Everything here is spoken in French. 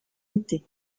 été